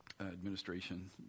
Administration